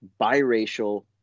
biracial